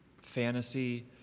fantasy